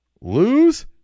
lose